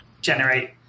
generate